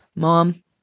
Mom